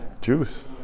Juice